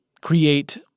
create